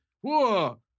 whoa